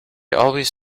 always